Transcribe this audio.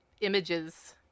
images